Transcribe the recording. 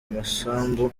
amasambu